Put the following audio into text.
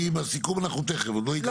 כי עוד לא הגענו לסיכום.